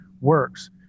works